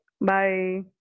Bye